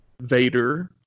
Vader